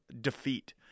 defeat